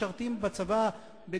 משרתים בצבא,